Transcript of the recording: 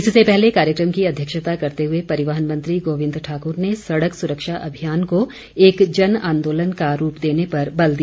इससे पहले कार्यक्रम की अध्यक्षता करते हुए परिवहन मंत्री गोविंद ठाकुर ने सड़क सुरक्षा अभियान को एक जन आंदोलन का रूप देने पर बल दिया